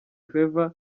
clever